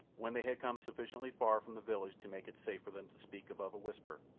when they had come sufficiently far from the village to make it safe for them to speak above a whisper,